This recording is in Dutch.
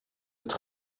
het